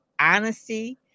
honesty